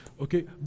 Okay